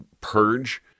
purge